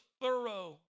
thorough